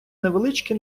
невеличке